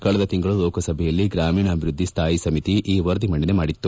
ಕಳೆದ ತಿಂಗಳು ಲೋಕಸಭೆಯಲ್ಲಿ ಗ್ರಾಮೀಣಾಭಿವೃದ್ಧಿ ಸ್ಥಾಯಿ ಸಮಿತಿ ಈ ವರದಿ ಮಂಡನೆ ಮಾಡಿತ್ತು